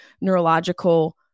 neurological